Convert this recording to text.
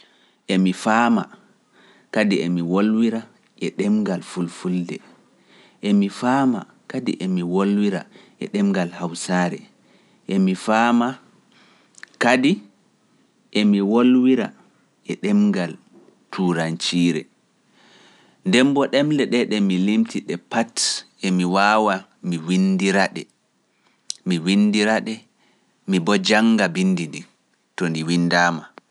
Emi faama kadi emi wolwira e ɗemngal fulfulde, emi faama kadi emi wolwira e ɗemngal hawsaare, emi faama kadi emi wolwira e ɗemngal turankoore. Ndembo ɗemle ɗee ɗe mi limti ɗe pat emi waawa mi windira ɗe, mi windira ɗe, mi bo jannga bindi ndin to ndi windaama.